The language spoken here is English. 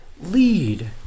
lead